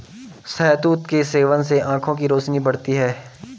शहतूत के सेवन से आंखों की रोशनी बढ़ती है